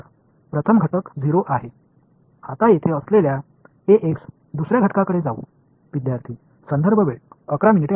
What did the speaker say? எனவே முதல் கூறு 0 ஆகும் இப்பொழுது நாம் இங்கிருக்கும் Ax என்ற இரண்டாவது கூறுக்கு செல்லலாம்